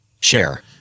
share